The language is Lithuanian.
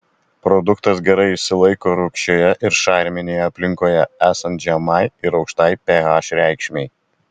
produktas gerai išsilaiko rūgščioje ir šarminėje aplinkoje esant žemai ir aukštai ph reikšmei